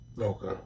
Okay